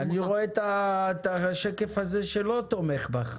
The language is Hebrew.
אני רואה את השקף הזה שלא תומך בך.